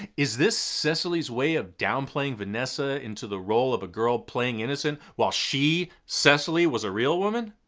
is this cecily's way of downplaying vanessa into the role of a girl playing innocent while she, cecily, was a real woman?